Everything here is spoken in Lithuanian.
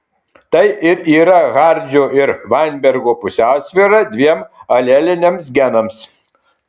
tai ir yra hardžio ir vainbergo pusiausvyra dviem aleliniams genams